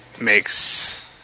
makes